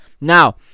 Now